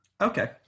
Okay